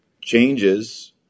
changes